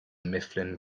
mifflin